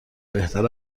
بهتر